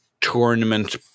tournament